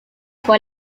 fue